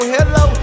Hello